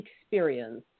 experience